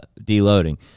deloading